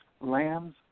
lamb's